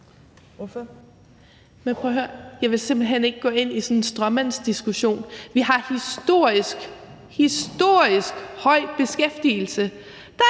og hør! Jeg vil simpelt hen ikke gå ind i sådan en stråmandsdiskussion. Vi har historisk – historisk